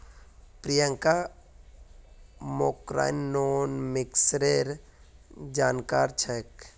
प्रियंका मैक्रोइकॉनॉमिक्सेर जानकार छेक्